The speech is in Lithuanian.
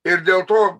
ir dėl to